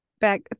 back